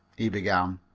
he began,